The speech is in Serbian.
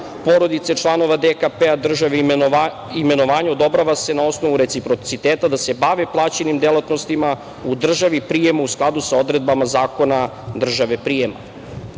porodice članova DKP države imenovanju odobrava se na osnovu reciprociteta da se bave plaćenim delatnostima u državi prijemu, u skladu sa odredbama zakona države prijema.